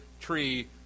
tree